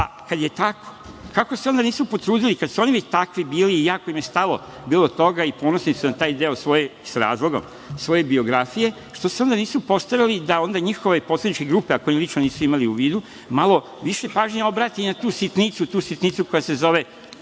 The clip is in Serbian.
Kada je tako, kako se onda nisu potrudili, kada su oni takvi bili, i jako im je stalo do toga i ponosni su na taj deo, s razlogom, svoje biografije, što se onda nisu postarali da onda njihove poslaničke grupe, ako ih nisu lično imali u vidu, malo više pažnje obrate na tu sitnicu, tu sitnicu koja se zove,